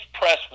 press